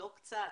לא קצת,